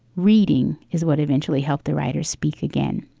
reading is what eventually helped the writers speak again.